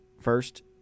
first